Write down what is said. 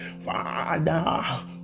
Father